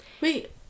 Wait